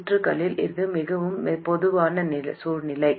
சுற்றுகளில் இது மிகவும் பொதுவான சூழ்நிலை